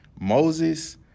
Moses